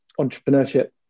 entrepreneurship